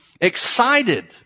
excited